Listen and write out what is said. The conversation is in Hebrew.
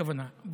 הכוונה,